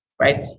Right